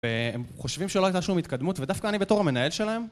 הם חושבים שאולי היתה שם התקדמות ודווקא אני בתור המנהל שלהם